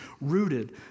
rooted